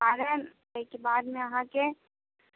पारन ताहिके बादमे अहाँके